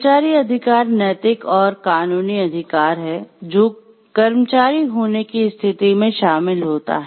कर्मचारी अधिकार नैतिक और कानूनी अधिकार हैं जो कर्मचारी होने की स्थिति में शामिल होता हैं